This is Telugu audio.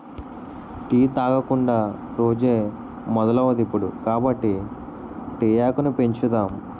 టీ తాగకుండా రోజే మొదలవదిప్పుడు కాబట్టి తేయాకును పెంచుదాం